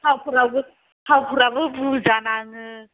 थावफोराबो थावफोराबो बुरजा नाङो